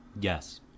Yes